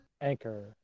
Anchor